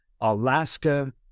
Alaska